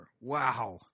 Wow